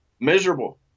Miserable